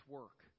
work